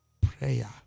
Prayer